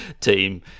team